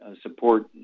support